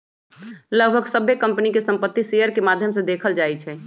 लगभग सभ्भे कम्पनी के संपत्ति शेयर के माद्धम से देखल जाई छई